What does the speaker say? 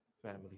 family